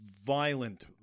violent